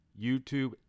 YouTube